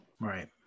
Right